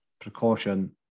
precaution